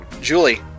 julie